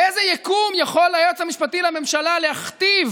באיזה יקום יכול היועץ המשפטי לממשלה להכתיב,